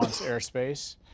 airspace